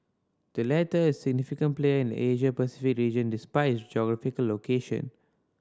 the latter is a significant player in the Asia Pacific region despite its geographical location